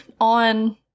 on